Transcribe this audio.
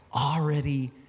already